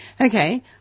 Okay